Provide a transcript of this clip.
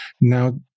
now